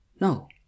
No